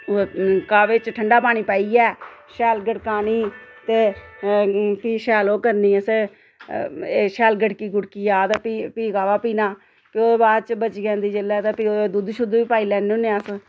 काह्बै च ठंडा पानी पाइयै शैल गड़कानी ते फ्ही शैल ओह् करनी असें एह् शैल गड़की गुड़की जा ते फ्ही फ्ही काह्वा पीना फ्ही ओह्दे बाद बची जन्दी जैल्लै फ्ही ओह्दे च दुद्ध शुद्ध बी पाई लैन्ने होन्ने अस